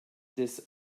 des